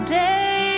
day